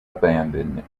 abandoned